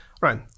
Right